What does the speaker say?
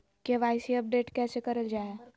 KYC update कैसे करल जाहै?